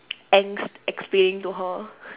angst explaining to her